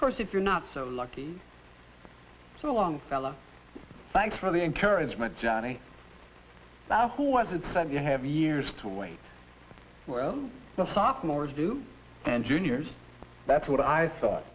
course if you're not so lucky so long fella thanks for the encouragement johnny who was it sent you have years to wait well no sophomores do and juniors that's what i thought